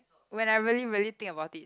when I really really think about it